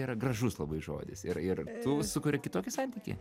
yra gražus labai žodis ir ir tu sukuri kitokį santykį